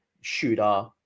shooter